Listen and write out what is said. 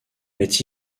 est